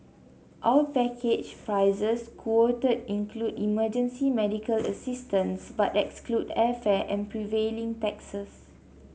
all package prices quoted include emergency medical assistance but exclude airfare and prevailing taxes